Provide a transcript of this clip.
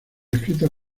escritas